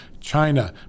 China